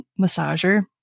massager